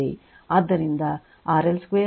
ಆದ್ದರಿಂದ RL2 j 2 XL2